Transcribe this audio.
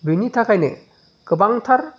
बेनि थाखायनो गोबांथार